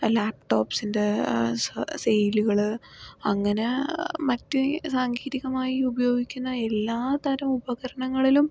ലാപ് ടോപ്സിൻ്റെ സെയിലുകൾ അങ്ങനെ മറ്റ് സാങ്കേതികമായി ഉപയോഗിക്കുന്ന എല്ലാ തരം ഉപകരണങ്ങളിലും